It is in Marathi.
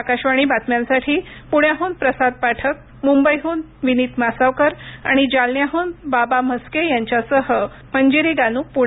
आकाशवाणी बातम्यांसाठी पुण्याहून प्रसाद पाठक मुंबईहून विनीत मासावकर आणि जालन्याहून बाबा म्हस्के यांच्यासह मंजिरी गानू पुणे